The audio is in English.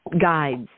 guides